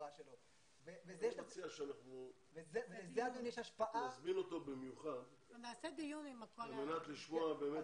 --- אני מציע שאנחנו נזמין אותו במיוחד על מנת לשמוע את